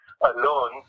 alone